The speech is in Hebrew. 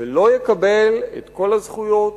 ולא יקבל את כל הזכויות,